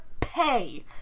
pay